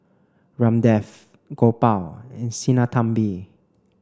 Ramdev Gopal and Sinnathamby